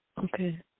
Okay